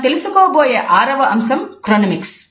మనం తెలుసుకోబోయే ఆరవ అంశం క్రోనెమిక్స్